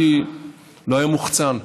לא היה מוחצן,